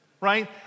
right